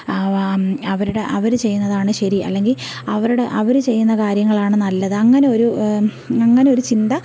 ആ അവരുടെ അവര് ചെയ്യുന്നതാണ് ശരി അല്ലെങ്കിൽ അവരുടെ അവര് ചെയ്യുന്ന കാര്യങ്ങളാണ് നല്ലത് അങ്ങനെ ഒരു അങ്ങനെ ഒരു ചിന്ത